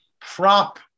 prop